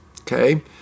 okay